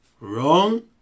Wrong